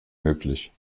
möglich